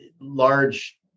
large